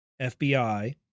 FBI